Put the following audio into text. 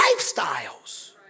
lifestyles